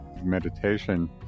meditation